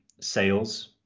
sales